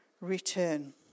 return